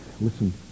Listen